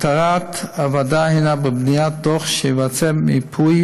מטרת הוועדה היא בניית דוח ובו מיפוי